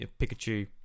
Pikachu